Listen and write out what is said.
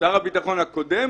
שר הביטחון הקודם,